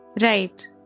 right